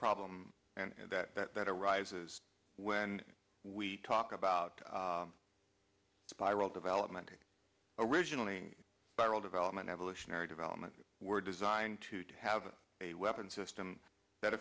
problem and that that that arises when we talk about spiral development originally viral development evolutionary development that we're designing to to have a weapon system that